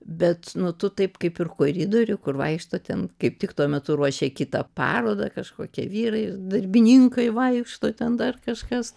bet nu tu taip kaip ir koridoriuj kur vaikšto ten kaip tik tuo metu ruošia kitą parodą kažkokie vyrai darbininkai vaikšto ten dar kažkas